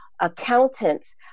Accountants